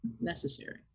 necessary